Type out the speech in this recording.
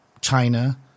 China